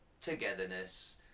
togetherness